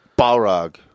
Balrog